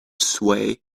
sway